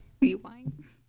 rewind